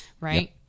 Right